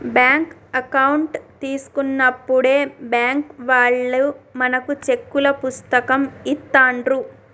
bank account తీసుకున్నప్పుడే bank వాళ్ళు మనకు చెక్కుల పుస్తకం ఇస్తాండ్రు